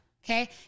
okay